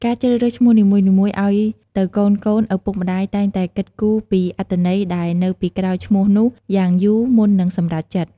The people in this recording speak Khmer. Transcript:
ការជ្រើសរើសឈ្មោះនីមួយៗអោយទៅកូនៗ ឪពុកម្តាយតែងតែគិតគូរពីអត្ថន័យដែលនៅពីក្រោយឈ្មោះនោះយ៉ាងយូរមុននឹងសម្រេចចិត្ត។